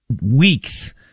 weeks